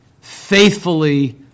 faithfully